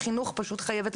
מחינוך,